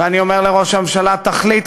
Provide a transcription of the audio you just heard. ואני אומר לראש הממשלה: תחליט,